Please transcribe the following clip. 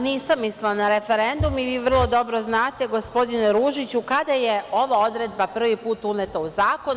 Nisam mislila na referendum i vi vrlo dobro znate, gospodine Ružiću, kada je ova odredba prvi put uneta u zakon.